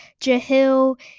Jahil